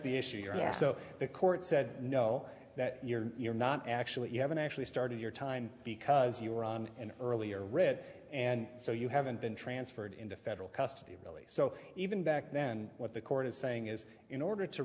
the issue here so the court said no that you're not actually you haven't actually started your time because you were on an earlier read and so you haven't been transferred into federal custody really so even back then what the court is saying is in order to